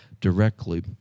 directly